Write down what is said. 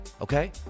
okay